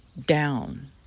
down